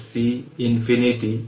সুতরাং v infinity 0 হবে আমি বললাম